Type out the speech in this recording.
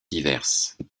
diverses